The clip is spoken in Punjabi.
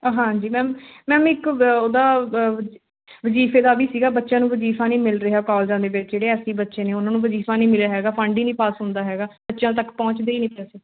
ਹਾ ਹਾਂਜੀ ਮੈਮ ਮੈਮ ਇੱਕ ਵ ਉਹਦਾ ਬ ਵਜ਼ੀਫੇ ਦਾ ਵੀ ਸੀਗਾ ਬੱਚਿਆਂ ਨੂੰ ਵਜ਼ੀਫਾ ਨਹੀਂ ਮਿਲ ਰਿਹਾ ਕੋਲਜਾਂ ਦੇ ਵਿੱਚ ਜਿਹੜੇ ਐੱਸ ਸੀ ਬੱਚੇ ਨੇ ਉਹਨਾਂ ਨੂੰ ਵਜ਼ੀਫਾ ਨਹੀਂ ਮਿਲਿਆ ਹੈਗਾ ਫੰਡ ਹੀ ਨਹੀਂ ਪਾਸ ਹੁੰਦਾ ਹੈਗਾ ਬੱਚਿਆਂ ਤੱਕ ਪਹੁੰਚਦੇ ਹੀ ਨਹੀਂ ਪੈਸੇ